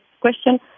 question